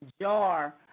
jar